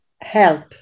help